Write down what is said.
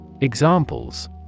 Examples